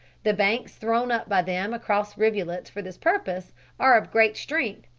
the banks thrown up by them across rivulets for this purpose are of great strength,